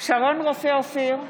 שרון רופא אופיר,